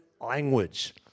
language